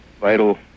vital